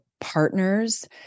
partners